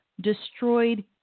Destroyed